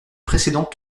précédent